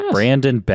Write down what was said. Brandon